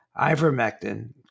ivermectin